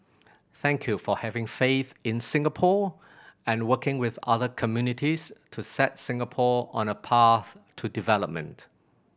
thank you for having faith in Singapore and working with other communities to set Singapore on a path to development